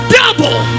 double